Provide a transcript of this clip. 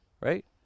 right